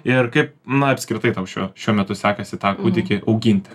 ir kaip na apskritai tau šiuo šiuo metu sekasi tą kūdikį auginti